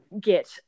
get